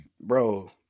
Bro